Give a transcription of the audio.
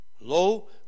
lo